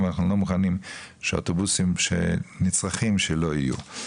אבל אנחנו גם לא מוכנים שאוטובוסים שנצרכים לא יהיו.